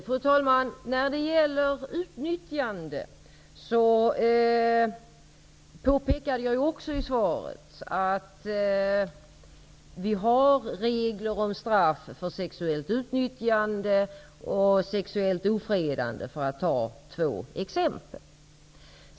Fru talman! När det gäller utnyttjande påpekade jag i svaret att det finns regler om straff för sexuellt utnyttjande och sexuellt ofredande, för att ta två exempel.